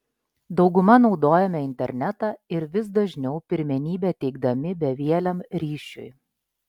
dauguma naudojame internetą ir vis dažniau pirmenybę teikdami bevieliam ryšiui